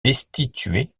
destitué